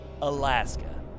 Alaska